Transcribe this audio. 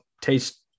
taste